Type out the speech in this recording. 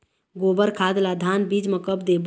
गोबर खाद ला धान बीज म कब देबो?